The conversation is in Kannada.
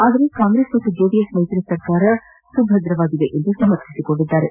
ಆದರೆ ಕಾಂಗ್ರೆಸ್ ಮತ್ತು ಜೆಡಿಎಸ್ ಮೈತ್ರಿ ಸರ್ಕಾರ ಸ್ಥಿರವಾಗಿದೆ ಎಂದು ಸಮರ್ಥಿಸಿಕೊಂಡಿದ್ದಾರೆ